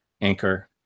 Anchor